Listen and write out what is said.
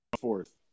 fourth